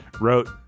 wrote